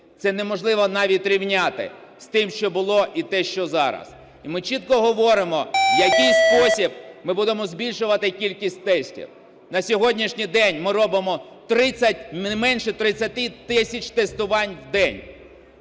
Це неможливо навіть рівняти з тим, що було, і те, що зараз. І ми чітко говоримо, в який спосіб ми будемо збільшувати кількість тестів. На сьогоднішній день ми робимо 30, не менше 30 тисяч тестувань в день.